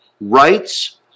rights